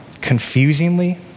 confusingly